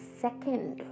second